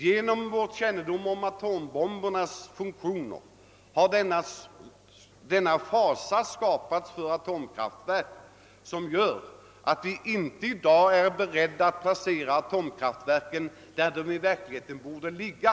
Genom vår kännedom om atombombernas funktioner har denna fasa skapats för atomkraftverk som gör att vi i dag inte är beredda att placera atomkraftverken där de i verkligheten borde ligga.